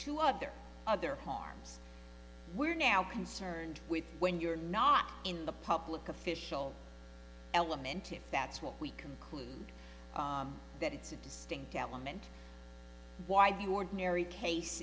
to other other harms we're now concerned with when you're not in the public official element if that's what we conclude that it's a distinct element why do ordinary case